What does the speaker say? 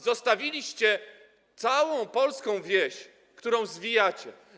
Zostawiliście całą polską wieś, którą zwijacie.